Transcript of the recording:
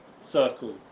circle